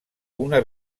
una